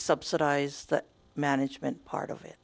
subsidize the management part of it